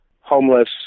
homeless